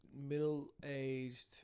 Middle-aged